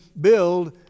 build